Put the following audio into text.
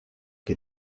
que